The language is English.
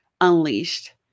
unleashed